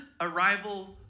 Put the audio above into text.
arrival